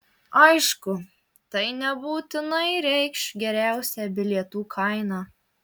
aišku tai nebūtinai reikš geriausią bilietų kainą